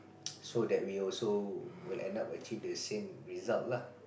so that we also will end up achieve the same result lah